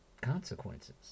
consequences